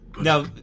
Now